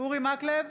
אורי מקלב,